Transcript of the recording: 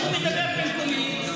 הוא מדבר במקומי.